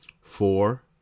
Four